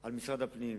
על משרד הפנים,